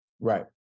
right